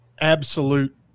absolute